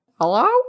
Hello